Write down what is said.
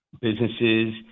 businesses